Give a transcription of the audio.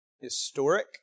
historic